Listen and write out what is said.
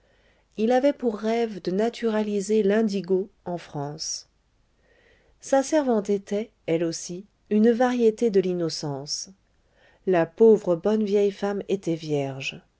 il avait pour rêve de naturaliser l'indigo en france sa servante était elle aussi une variété de l'innocence la pauvre bonne vieille femme était vierge